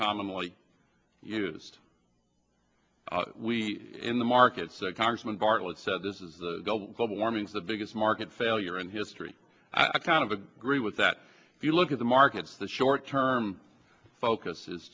commonly used we in the markets that congressman bartlett said this is the global warming's the biggest market failure in history i kind of agree with that if you look at the markets that short term focus is